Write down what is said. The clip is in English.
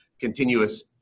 continuous